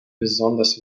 besonders